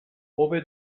hobe